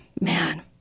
Man